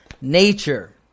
nature